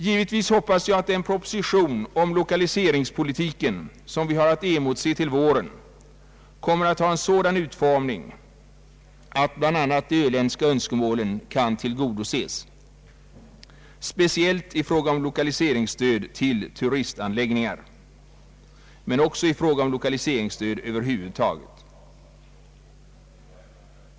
Givetvis hoppas jag att den proposition om lokaliseringspolitiken, som vi har att emotse till våren, kommer att ha en sådan utformning att bl.a. de öländska önskemålen kan tillgodoses, speciellt i fråga om lokaliseringsstöd till turistanläggningar men också i fråga om lokaliseringstöd över huvud taget.